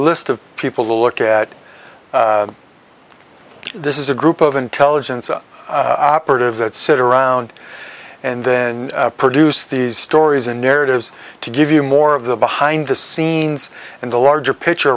list of people to look at this is a group of intelligence operatives that sit around and then produce these stories and narratives to give you more of the behind the scenes in the larger picture